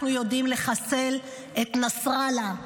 אנחנו יודעים לחסל את נסראללה,